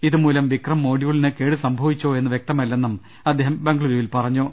ഇതുമൂലം വിക്രം മൊഡ്യൂളിന് കേട് സംഭവിച്ചോയെന്ന് വ്യക്തമ ല്ലെന്നും അദ്ദേഹം ബെംഗളുരുവിൽ പറഞ്ഞു